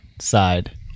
Side